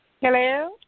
Hello